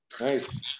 Nice